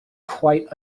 quite